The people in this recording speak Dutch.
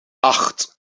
acht